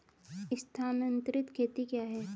स्थानांतरित खेती क्या है?